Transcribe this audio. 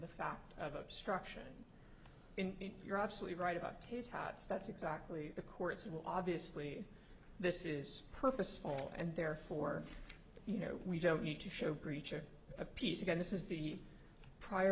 the fact of obstruction you're absolutely right about tater tots that's exactly the court's will obviously this is purposeful and therefore you know we don't need to show breach or of peace again this is the prior